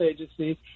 Agency